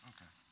Okay